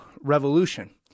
revolution